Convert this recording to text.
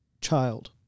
child